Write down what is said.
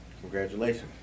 Congratulations